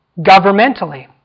governmentally